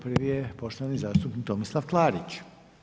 Prvi je poštovani zastupnik Tomislav Klarić.